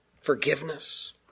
forgiveness